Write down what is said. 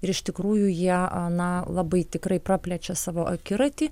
ir iš tikrųjų jie na labai tikrai praplečia savo akiratį